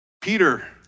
Peter